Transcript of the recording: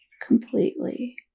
Completely